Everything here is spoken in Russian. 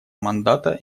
мандата